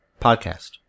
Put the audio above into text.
Podcast